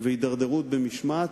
והידרדרות במשמעת.